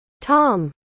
Tom